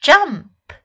Jump